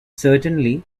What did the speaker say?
certainly